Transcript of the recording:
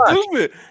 stupid